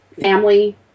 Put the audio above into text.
family